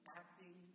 acting